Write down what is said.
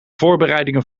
voorbereidingen